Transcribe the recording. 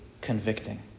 convicting